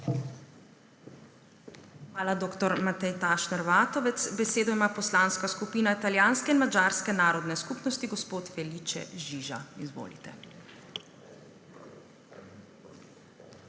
Hvala, dr. Matej Tašner Vatovec. Besedo ima Poslanska skupina italijanske in madžarske narodne skupnosti. Gospod Felice Žiža, izvolite.